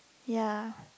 ya